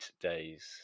days